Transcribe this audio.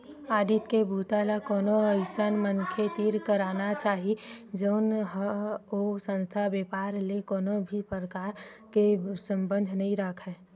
audit के बूता ल कोनो अइसन मनखे तीर कराना चाही जउन ह ओ संस्था, बेपार ले कोनो भी परकार के संबंध नइ राखय